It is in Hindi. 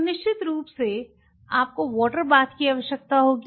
तो निश्चित रूप से आपको वॉटर बाथ की आवश्यकता होगी